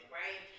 right